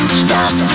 stop